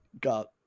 got